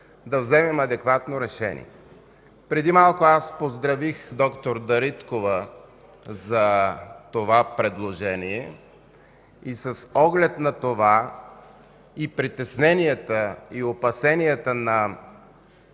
да вземем адекватно решение. Преди малко поздравих д-р Дариткова за това предложение. С оглед на това и притесненията, и опасенията на